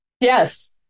Yes